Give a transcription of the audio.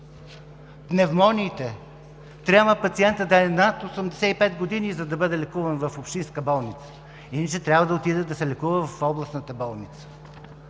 Пневмониите: трябва пациентът да е над 85 г., за да бъде лекуван в общинска болница, иначе трябва да отиде да се лекува в областната болница.